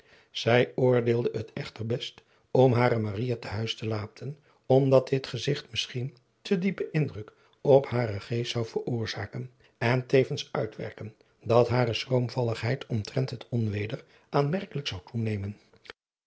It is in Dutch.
zij oordeelde het echter best om hare maria te huis te laten omdat dit gezigt misschien te diepen indruk op haren geest zou veroorzaken en tevens uitwerken dat hare schroomvalligheid omtrent het onweder aanmerkelijk zou toenemen